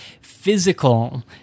physical